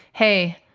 hey,